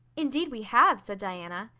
indeed we have, said diana.